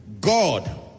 God